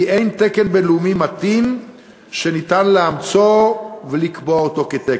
כי אין תקן בין-לאומי מתאים שניתן לאמצו ולקבוע אותו כתקן,